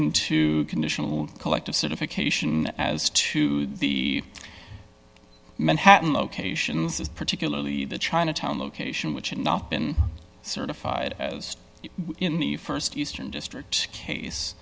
into conditional collective certification as to the manhattan locations as particularly the chinatown location which had not been certified as in the st eastern district case